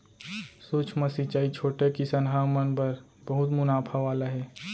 सूक्ष्म सिंचई छोटे किसनहा मन बर बहुत मुनाफा वाला हे